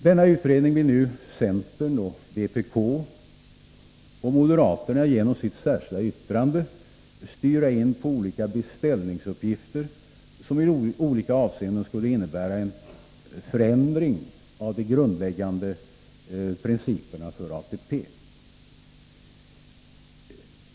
Denna utredning vill nu centern och vpk, och moderaterna genom sitt särskilda yttrande, styra in på olika beställningsuppgifter, som i olika avseenden skulle innebära en förändring av de grundläggande principerna för ATP.